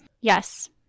Yes